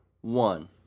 one